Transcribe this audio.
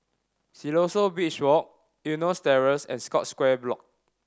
Siloso Beach Walk Eunos Terrace and Scotts Square Block